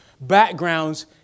backgrounds